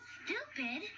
stupid